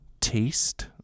taste